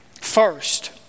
first